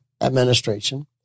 administration